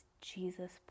Jesus